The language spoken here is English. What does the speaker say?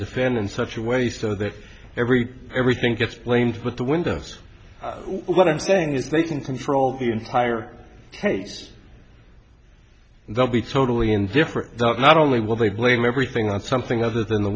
defend in such a way so that every everything gets blamed but the windows what i'm saying is they can control the entire tapes they'll be totally indifferent not only will they blame everything on something other than the